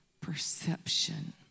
perception